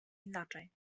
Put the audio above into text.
inaczej